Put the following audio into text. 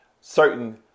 Certain